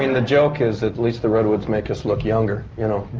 and the joke is that at least the redwoods make us look younger, you know.